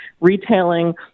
retailing